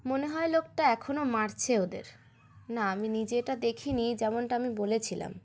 মনে হয় লোক টা এখনও মারছে ওদের না আমি নিজে এটা দেখি নি যেমনটা আমি বলেছিলাম